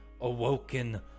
Awoken